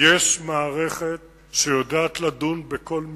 יש מערכת שיודעת לדון בכל מקרה,